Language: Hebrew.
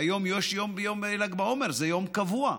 והיום יש יום, יום ל"ג בעומר, זה יום קבוע.